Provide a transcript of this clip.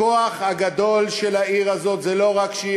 הכוח הגדול של העיר הזאת זה לא רק שהיא